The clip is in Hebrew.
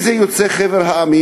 אם זה יוצאי חבר המדינות,